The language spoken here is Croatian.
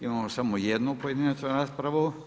Imamo samo jednu pojedinačnu raspravu.